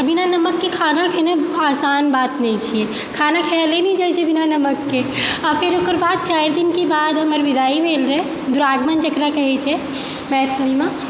बिना नमककेँ खाना खेनाइ आसान बात नहि छियै खाना खाइले नहि जाइ छै बिना नमकके अऽ फेर ओकर बाद चारि दिनके बाद हमर विदाइ भेल रहै दुरागमन जकरा कहै छै मैथिलीमे